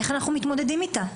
איך אנחנו מתמודדים איתה?